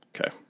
Okay